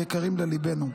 היקרים לליבנו.